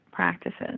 practices